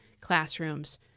classrooms